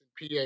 PA